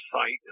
site